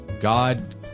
God